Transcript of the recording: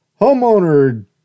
Homeowner